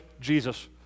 Jesus